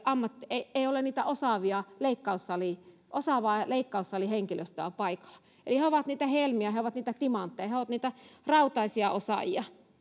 ettei ole osaavaa leikkaussalihenkilöstöä osaavaa leikkaussalihenkilöstöä paikalla eli he ovat niitä helmiä he ovat niitä timantteja he ovat niitä rautaisia osaajia